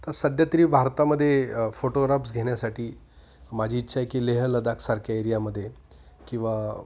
तर सध्या तरी भारतामध्ये फोटोग्राफ्स घेण्यासाठी माझी इच्छा आहे की लेह लद्दाखसारख्या एरियामध्ये किंवा